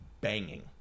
banging